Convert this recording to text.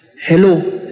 Hello